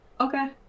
Okay